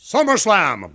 Summerslam